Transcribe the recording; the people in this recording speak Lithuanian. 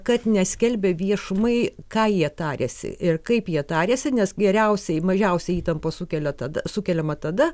kad neskelbia viešumai ką jie tarėsi ir kaip jie tarėsi nes geriausiai mažiausiai įtampos sukelia tada sukeliama tada